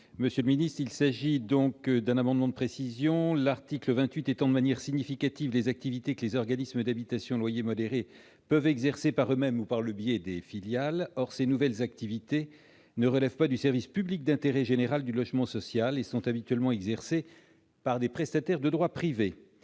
pour présenter l'amendement n° 709 rectifié. L'article 28 étend de manière significative les activités que les organismes d'habitation à loyer modéré peuvent exercer par eux-mêmes ou par le biais de filiales. Or ces nouvelles activités ne relèvent pas du service public d'intérêt général du logement social et sont habituellement exercées par des prestataires de droit privé.